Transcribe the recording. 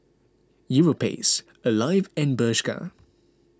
Europace Alive and Bershka